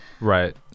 Right